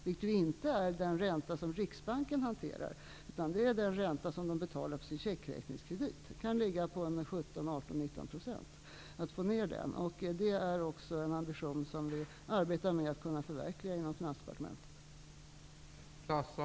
Det handlar då inte om den ränta som Riksbanken hanterar, utan det gäller den ränta som man betalar på sin checkräkningskredit. Räntan kan vara 17, 18 eller 19 %. Att få ner den räntan är något som vi i Finansdepartementet har en ambition att förverkliga.